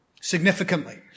significantly